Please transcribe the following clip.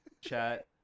chat